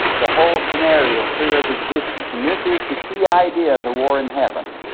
the whole scenario of pre-earth existence, and this is the key idea of the war in heaven.